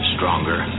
Stronger